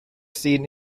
scene